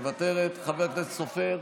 מוותרת, חבר הכנסת סופר,